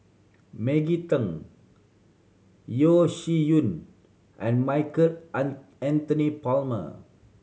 Maggie Teng Yeo Shih Yun and Michael An Anthony Palmer